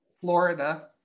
Florida